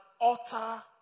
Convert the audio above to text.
utter